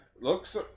Looks